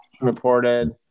reported